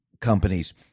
companies